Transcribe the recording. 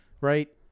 right